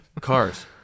Cars